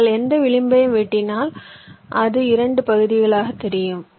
நீங்கள் எந்த விளிம்பையும் வெட்டினால் அது 2 பகுதிகளாக தெரியும்